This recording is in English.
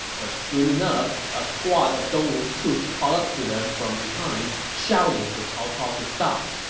but soon enough, a squad of dongwu's troops caught up to them from behind, shouting for cao cao to stop.